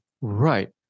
Right